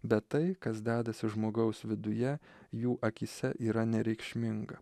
bet tai kas dedasi žmogaus viduje jų akyse yra nereikšminga